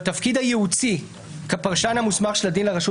בתפקיד הייעוצי כפרשן המוסמך של הדין לרשות